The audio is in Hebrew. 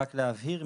רק להבהיר,